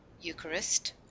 Eucharist